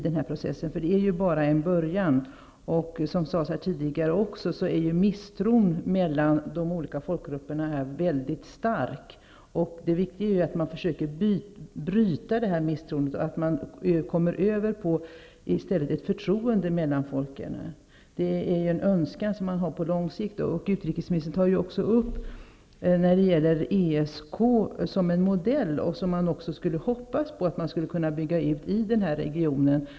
Det är ju ännu bara en början, och misstron mellan de olika folkgrupperna här är ju väldigt stark. Det är viktigt att man försöker bryta detta misstroende och i stället kommer över till ett förtroende mellan folken. Det är en önskan man har på lång sikt. Utrikesministern tar upp ESK som en modell som man skulle kunna hoppas på att kunna bygga ut i den här regionen.